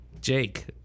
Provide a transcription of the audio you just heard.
Jake